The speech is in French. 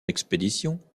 expédition